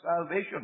salvation